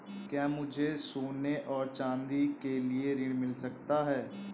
क्या मुझे सोने और चाँदी के लिए ऋण मिल सकता है?